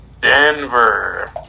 Denver